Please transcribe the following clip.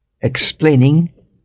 explaining